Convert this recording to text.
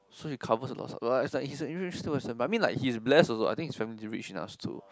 so he covers a lot of like like he's a university student I mean like he is blessed also I think his family is rich enough to two